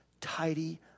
tidy